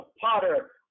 potter